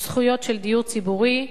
עם זכויות של דיור ציבורי,